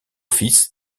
fils